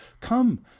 come